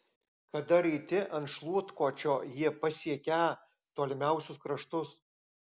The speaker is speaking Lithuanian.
kada raiti ant šluotkočio jie pasiekią tolimiausius kraštus